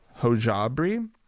hojabri